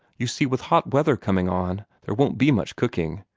you see, with hot weather coming on, there won't be much cooking.